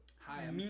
Hi